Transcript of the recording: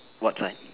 what time